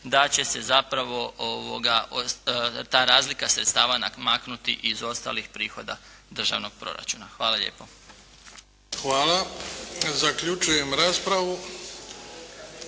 da će se zapravo ta razlika sredstava maknuti iz ostalih prihoda državnog proračuna. Hvala lijepo. **Bebić, Luka (HDZ)** Hvala. Zaključujem raspravu.